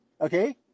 okay